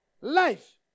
life